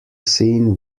seen